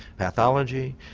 pathology,